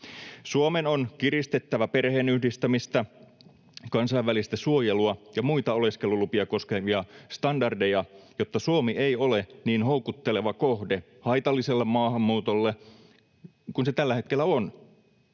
Suomen on kiristettävä perheenyhdistämistä, kansainvälistä suojelua ja muita oleskelulupia koskevia standardeja, jotta Suomi ei ole niin houkutteleva kohde haitalliselle maahanmuutolle kuin se tällä hetkellä on.